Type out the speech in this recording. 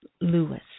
Lewis